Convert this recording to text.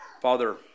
Father